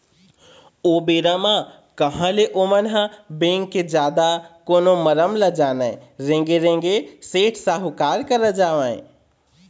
ओ बेरा म कहाँ ले ओमन ह बेंक के जादा कोनो मरम ल जानय रेंगे रेंगे सेठ साहूकार करा जावय